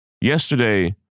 Yesterday